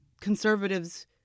conservatives